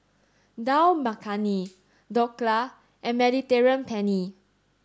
Dal Makhani Dhokla and Mediterranean Penne